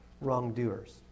wrongdoers